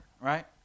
Right